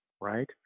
right